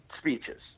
speeches